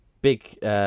big